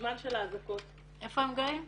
בזמן של האזעקות- - איפה הם גרים?